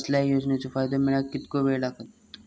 कसल्याय योजनेचो फायदो मेळाक कितको वेळ लागत?